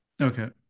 Okay